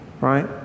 Right